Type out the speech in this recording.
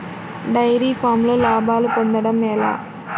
Dairy ఫామ్లో లాభాలు పొందడం ఎలా?